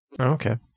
okay